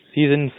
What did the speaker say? Season